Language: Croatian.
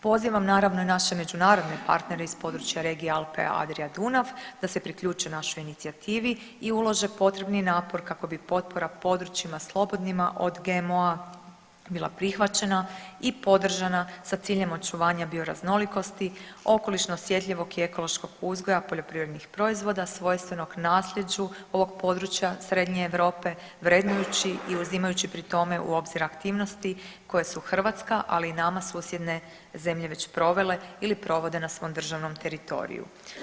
Pozivam naravno i naše međunarodne partnere iz područja regije Alpe-Adria-Dunav da se priključe našoj inicijativi i ulože potrebni napor kako bi potpora područjima slobodnima od GMO-a bila prihvaćena i podržana sa ciljem očuvanja bioraznolikosti okolišno osjetljivog i ekološkog uzgoja poljoprivrednih proizvoda svojstvenog naslijeđu ovog područja Srednje Europe vrednujući i uzimajući pri tome aktivnosti koje su Hrvatska ali i nama susjedne zemlje već provele ili provode na svom državnom teritoriju.